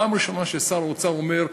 פעם ראשונה ששר אוצר אומר,